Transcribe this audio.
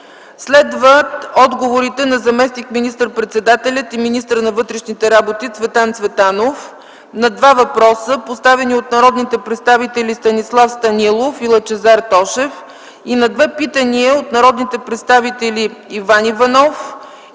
Следват отговорите на заместник министър-председателя и министър на вътрешните работи Цветан Цветанов на два въпроса, поставени от народните представители Станислав Станилов и Лъчезар Тошев и на две питания от народните представители Иван Иванов и Тодор